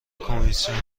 کمیسیون